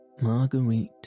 Marguerite